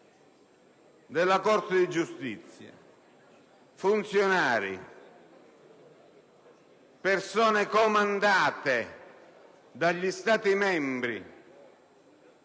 della Corte di giustizia, i funzionari e le persone comandate dagli Stati membri